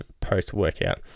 post-workout